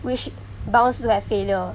we shou~ bounds to have failure